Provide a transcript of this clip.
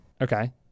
Okay